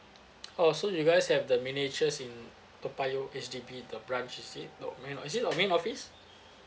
oh so you guys have the miniatures in toa payoh H_D_B the branch is it no main or is it your main office